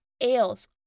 ales